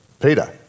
Peter